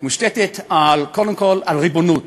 מושתתת קודם כול על ריבונות,